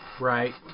Right